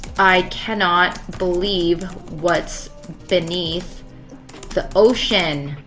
i cannot believe what's beneath the ocean,